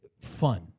fun